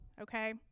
okay